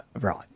Right